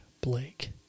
Blake